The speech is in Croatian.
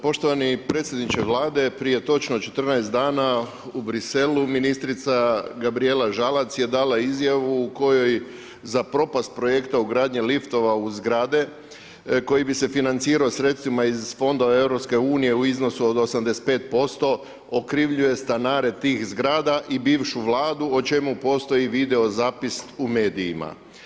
Poštovani predsjedniče Vlade, prije točno 14 dana u Bruxellesu ministrica Gabrijela Žalac je dala izjavu u kojoj za propast projekt ugradnji liftova u zgrade koji bi se financirao sredstvima iz fondova EU u iznosu od 85% okrivljuje stanare tih zgrada i bivšu Vladu o čemu postoji video zapis u medijima.